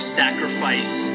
sacrifice